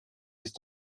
ist